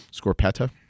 Scorpetta